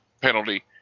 penalty